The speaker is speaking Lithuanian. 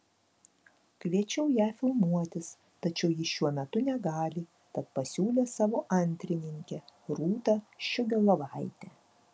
kviečiau ją filmuotis tačiau ji šiuo metu negali tad pasiūlė savo antrininkę rūtą ščiogolevaitę